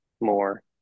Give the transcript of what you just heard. more